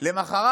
למוחרת